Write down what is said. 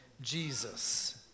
Jesus